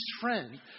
friend